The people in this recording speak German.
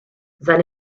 seine